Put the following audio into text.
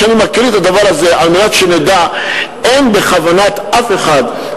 אני מקריא את הדבר הזה כדי שנדע: אין בכוונת אף אחד,